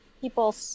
people